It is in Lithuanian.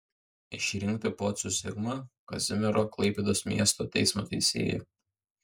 išrinkti pocių zigmą kazimiero klaipėdos miesto teismo teisėju